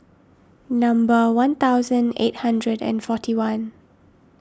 number one thousand eight hundred and forty one